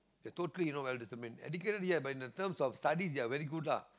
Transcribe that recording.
they totally not well disciplined educated ya but in the terms that studies they're very good lah